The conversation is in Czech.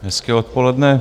Hezké odpoledne.